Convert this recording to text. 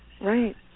Right